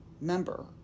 member